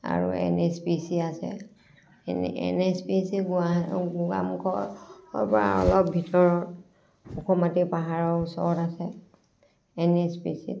আৰু N H P C আছে N H P C গুৱাহা গোগামুখৰ পৰা অলপ ভিতৰত ওখ মাটি পাহাৰৰ ওচৰত আছে এন এইচ পি চিত